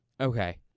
Okay